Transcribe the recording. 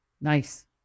Nice